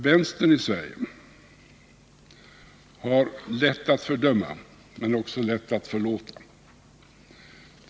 Vänstern i Sverige har lätt att fördöma men också lätt att förlåta.